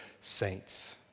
saints